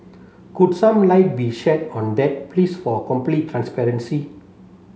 could some light be shed on that please for complete transparency